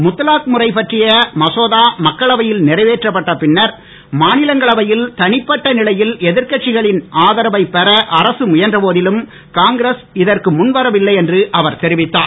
முத்தலாக் முறை பற்றிய மசோதா மக்களவையில் நிறைவேற்றப்பட்ட பின்னர் மாநிலங்களவையில் தடைப்பட்ட நிலையில் எதிர்கட்சிகளின் ஆதரவைப் பெற அரச முயன்றபோதிலும் காங்கிரஸ் இதற்கு முன் வரவில்லை என்று அவர் தெரிவித்தார்